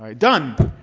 um done.